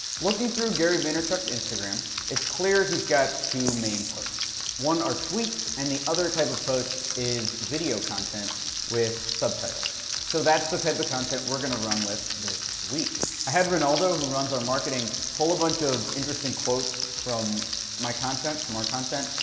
looking through gary vaynerchuk's instagram, it's clear he's got two main posts. one are tweets, and the other type of post is video content with subtitles. so that's the type of content we're gonna run with this week. i had rinaldo, who runs our marketing, pull a bunch of interesting quotes from my content, from our content,